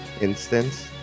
instance